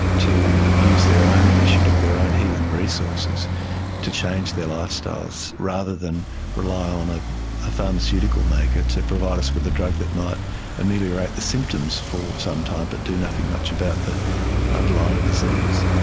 to use their own initiative, their own healing resources to change their lifestyles rather than rely on ah a pharmaceutical maker to provide us with a drug that might ameliorate the symptoms for some time but do nothing much about the underlying disease.